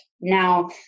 Now